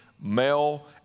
male